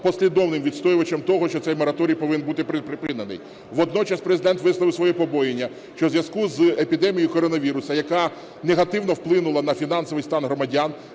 послідовним відстоювачем того, що цей мораторій повинен бути припинений. Водночас Президент висловив свої побоювання, що у зв'язку з епідемією коронавірусу, яка негативно вплинула на фінансовий стан громадян,